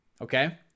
okay